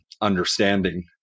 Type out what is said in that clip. understanding